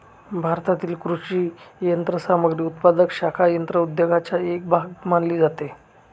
भारतातील कृषी यंत्रसामग्री उत्पादक शाखा यंत्र उद्योगाचा एक भाग मानली जाते